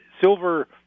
silver